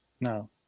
No